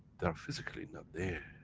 they are physically not there,